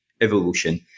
evolution